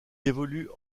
évolue